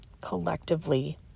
collectively